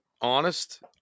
honest